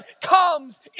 comes